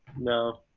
no.